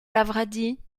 lavradi